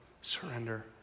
surrender